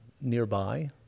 nearby